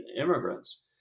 immigrants